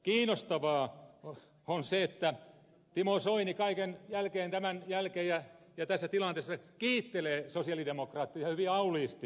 kiinnostavaa on se että timo soini kaiken tämän jälkeen ja tässä tilanteessa kiittelee sosialidemokraatteja hyvin auliisti